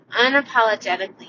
unapologetically